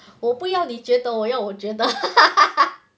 我不要你觉得我要我觉得哈哈哈